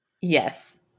Yes